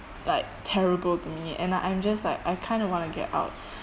like terrible to me and I I'm just like I kind of want to get out